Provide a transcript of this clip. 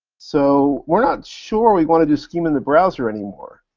so we're not sure we want to do scheme in the browser anymore.